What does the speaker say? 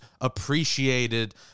appreciated